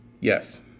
Yes